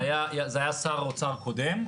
זה היה שר האוצר הקודם.